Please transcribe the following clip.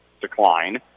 decline